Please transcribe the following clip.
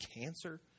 cancer